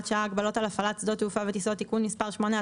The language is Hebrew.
שעה) (הגבלות על הפעלת שדות תעופה וטיסות)(תיקון מס' 8),